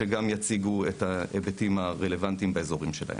שגם תצגנה את ההיבטים הרלוונטיים באזורים שלהן.